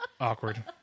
Awkward